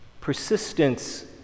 Persistence